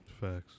Facts